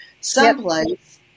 someplace